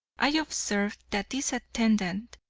i observed that this attendant,